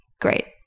Great